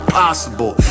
possible